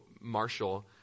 Marshall